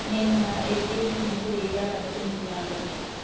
నేను నా ఎఫ్.డీ ని మూసివేయాలనుకుంటున్నాను